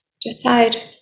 Decide